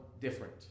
different